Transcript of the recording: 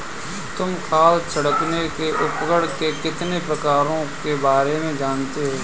तुम खाद छिड़कने के उपकरण के कितने प्रकारों के बारे में जानते हो?